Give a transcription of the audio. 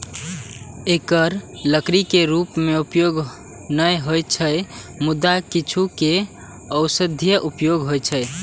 एकर लकड़ी के रूप मे उपयोग नै होइ छै, मुदा किछु के औषधीय उपयोग होइ छै